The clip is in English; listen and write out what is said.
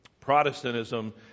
protestantism